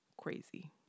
Crazy